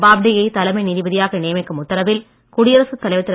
போப்டே யை தலைமை நீதிபதியாக நியமிக்கும் உத்தரவில் குடியரசு தலைவர் திரு